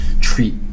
treat